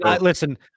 listen